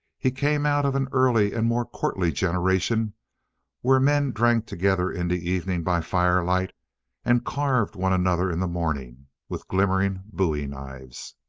he came out of an early and more courtly generation where men drank together in the evening by firelight and carved one another in the morning with glimmering bowie knives.